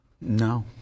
No